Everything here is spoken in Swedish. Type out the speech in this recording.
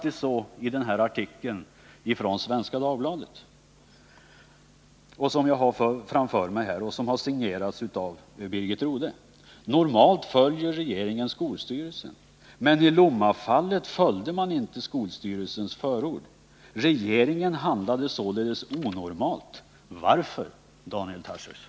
I artikeln i Svenska Dagbladet som jag har framför mig och som signerats av Birgit Rodhe står det faktiskt: Normalt följer regeringen skolstyrelsen. I Lommafallet följde man inte skolstyrelsens förord. Regeringen handlade således onormalt. Varför, Daniel Tarschys?